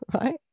right